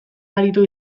aritu